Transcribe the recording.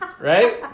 right